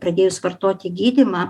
pradėjus vartoti gydymą